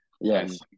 Yes